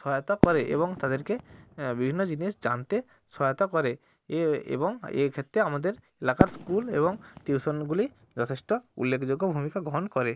সহায়তা করে এবং তাদেরকে বিভিন্ন জিনিস জানতে সহায়তা করে এবং এইক্ষেত্রে আমাদের এলাকার স্কুল এবং টিউশনগুলি যথেষ্ট উল্লেখযোগ্য ভূমিকা গ্রহণ করে